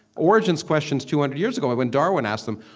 origins questions two hundred years ago, and when darwin asked them,